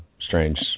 strange